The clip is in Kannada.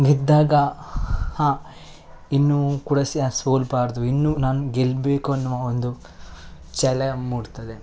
ಗೆದ್ದಾಗ ಹಾಂ ಇನ್ನೂ ಕೂಡ ಸ್ಯ ಸೋಲಬಾರ್ದು ಇನ್ನು ನಾನು ಗೆಲ್ಲಬೇಕು ಅನ್ನುವ ಒಂದು ಛಲ ಮೂಡ್ತದೆ